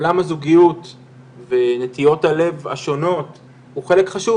עולם הזוגיות ונטיות הלב השונות הוא חלק חשוב